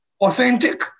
authentic